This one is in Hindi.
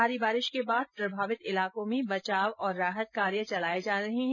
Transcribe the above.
भारी बारिश के बाद प्रभावित इलाकों में बचाव और राहत कार्य चलाए जा रहे है